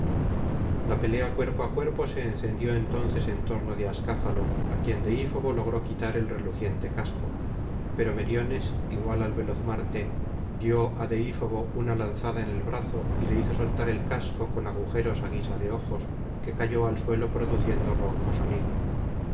la pelea cuerpo á cuerpo se encendió entonces en torno de acéfalo á quien deífobo logró quitar el reluciente casco pero meriones igual al veloz marte dio á deífobo una lanzada en el brazo y le hizo soltar el casco con agujeros á guisa de ojos que cayó al suelo produciendo ronco sonido